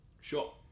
sure